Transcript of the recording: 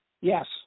Yes